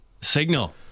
Signal